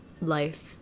life